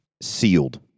Sealed